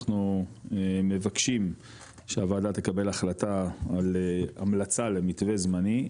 אנחנו מבקשים שהוועדה תקבל החלטה על המלצה למתווה זמני,